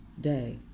day